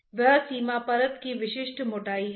तो यह एक बहुत ही महत्वपूर्ण पहलू है